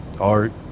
Art